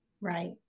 Right